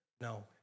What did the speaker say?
No